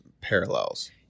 parallels